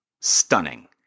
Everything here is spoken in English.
stunning